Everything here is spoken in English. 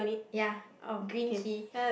ya green key